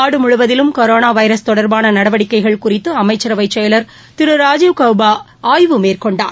நாடு முழுவதிலும் corona virus தொடர்பான நடவடிக்கைகள் குறித்து அமைச்சரவை செயலர் திரு ராஜீவ் கௌபா ஆய்வு மேற்கொண்டார்